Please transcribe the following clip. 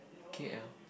k_l